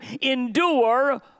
endure